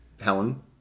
Helen